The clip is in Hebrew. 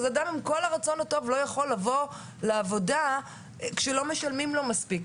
אדם לא יכול להגיע לעבודה שבה לא משלמים לו מספיק,